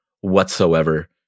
whatsoever